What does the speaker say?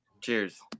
Cheers